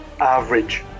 average